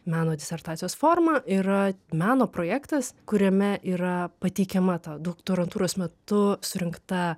meno disertacijos forma yra meno projektas kuriame yra pateikiama ta doktorantūros metu surinkta